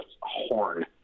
horn